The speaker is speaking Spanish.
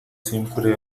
siempre